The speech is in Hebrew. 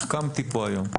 החכמתי כאן היום.